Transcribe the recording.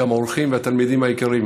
גם האורחים והתלמידים היקרים,